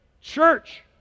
church